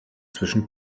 zwischen